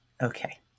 Okay